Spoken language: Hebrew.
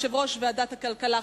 יושב-ראש ועדת הכלכלה,